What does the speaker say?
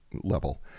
level